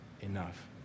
enough